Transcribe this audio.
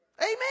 Amen